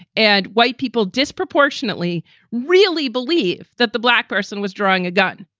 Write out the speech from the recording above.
and white people disproportionately really believe that the black person was drawing a gun,